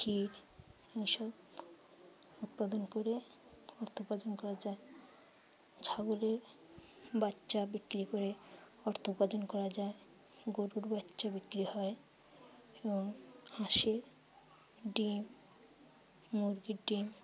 ক্ষীর এইসব উৎপাদন করে অর্থ উপার্জন করা যায় ছাগলের বাচ্চা বিক্রি করে অর্থ উপার্জন করা যায় গরুর বাচ্চা বিক্রি হয় এবং হাঁসের ডিম মুরগির ডিম